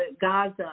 Gaza